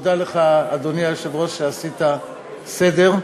תודה לך, אדוני היושב-ראש, שעשית סדר.